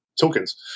tokens